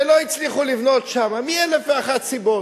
ולא הצליחו לבנות שמה, מאלף ואחת סיבות.